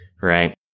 right